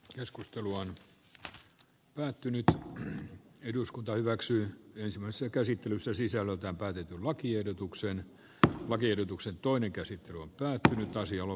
keskustelu on päättynyt kun eduskunta hyväksyi ensimmäisen käsittelyssä sisällöltään päätyyn lakiehdotuksen että lakiehdotuksen toinen käsittely on päättänyt kallista kansantaloudelle